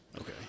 Okay